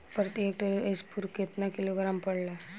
प्रति हेक्टेयर स्फूर केतना किलोग्राम पड़ेला?